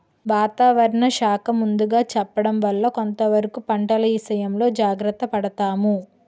వాతావరణ శాఖ ముందుగా చెప్పడం వల్ల కొంతవరకు పంటల ఇసయంలో జాగర్త పడతాము